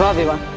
ah vivaan.